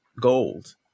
gold